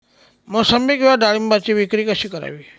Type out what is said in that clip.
मोसंबी किंवा डाळिंबाची विक्री कशी करावी?